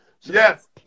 Yes